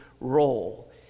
role